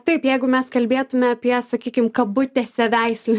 taip jeigu mes kalbėtume apie sakykim kabutėse veislinius